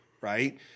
right